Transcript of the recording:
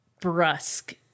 brusque